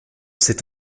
cet